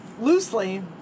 Loosely